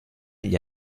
gli